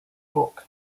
book